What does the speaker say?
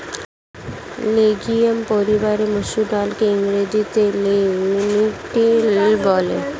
legume পরিবারের মুসুর ডালকে ইংরেজিতে লেন্টিল বলে